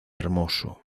hermoso